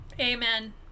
Amen